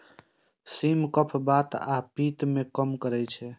सिम कफ, बात आ पित्त कें कम करै छै